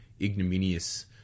ignominious